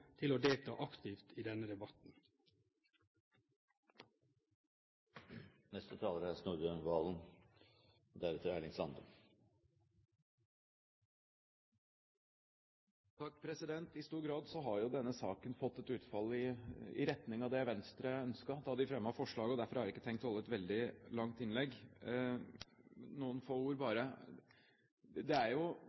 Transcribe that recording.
til å delta aktivt i denne debatten. I stor grad har jo denne saken fått et utfall i retning av det Venstre ønsket da de fremmet forslaget, og derfor har jeg ikke tenkt å holde et veldig langt innlegg. Bare noen få ord: Det er jo